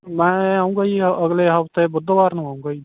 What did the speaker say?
ਮੈਂ ਆਉਂਗਾ ਜੀ ਅਗਲੇ ਹਫ਼ਤੇ ਬੁੱਧਵਾਰ ਨੂੰ ਆਊਂਗਾ ਜੀ